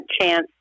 chance